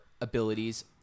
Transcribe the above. abilities